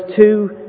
two